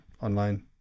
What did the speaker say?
online